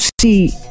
see